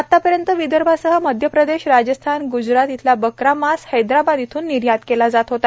आतापर्यंत विदर्भासह मध्य प्रदेश राजस्थान गुजरात येथील बकरा मांस हैद्राबाद येथून निर्यात केले जात होते